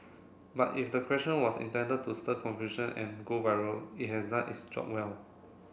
but if the question was intended to stir confusion and go viral it has done its job well